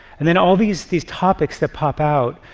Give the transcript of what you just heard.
and then all these these topics that pop out,